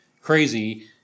crazy